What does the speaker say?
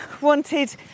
wanted